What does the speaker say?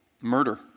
murder